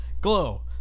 Glow